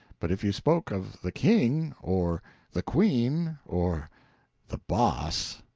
but if you spoke of the king or the queen or the boss,